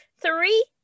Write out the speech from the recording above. Three